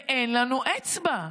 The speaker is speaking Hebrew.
ואין לנו אצבע.